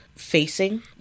facing